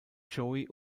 joey